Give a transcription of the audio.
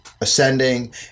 ascending